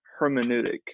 hermeneutic